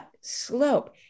slope